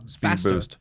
faster